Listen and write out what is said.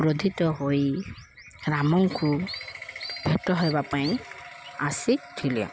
ବଧିତ ହୋଇ ରାମଙ୍କୁ ଭେଟ ହେବା ପାଇଁ ଆସି ଥିଲେ